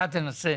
אתה תנסה